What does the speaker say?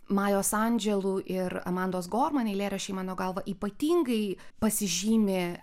majos andželu ir amandos gorman eilėraščiai mano galva ypatingai pasižymi